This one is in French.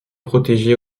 protégés